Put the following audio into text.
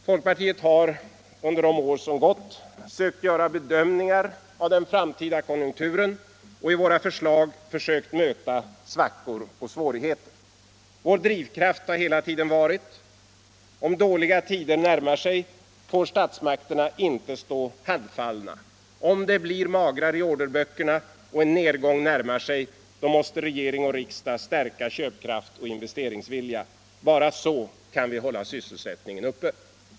Folkpartiet har under de år som gått sökt göra bedömningar av den framtida konjunkturen och i våra förslag försökt möta svackor och svårigheter. Vår drivkraft har hela tiden varit: om dåliga tider närmar sig får statsmakterna inte stå handfallna. Om det blir magert i orderböckerna och en nedgång närmar sig måste regering och riksdag stärka köpkraft och investeringsvilja. Bara så kan vi hålla sysselsättningen uppe.